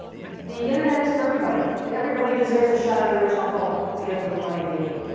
the internet is for everybody, and everybody deserves a shot at a rich uncle to give them the money they need.